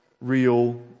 real